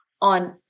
on